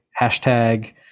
hashtag